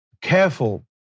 careful